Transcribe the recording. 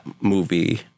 movie